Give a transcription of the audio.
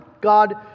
God